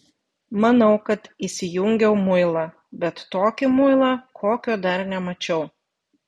manau kad įsijungiau muilą bet tokį muilą kokio dar nemačiau